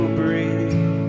breathe